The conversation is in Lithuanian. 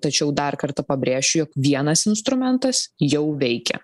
tačiau dar kartą pabrėšiu jog vienas instrumentas jau veikia